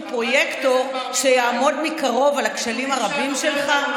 פרויקטור שיעמוד מקרוב על הכשלים הרבים שלך?